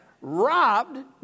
robbed